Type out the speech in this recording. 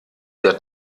der